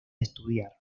estudiar